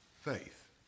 faith